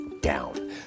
down